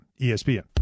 ESPN